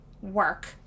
work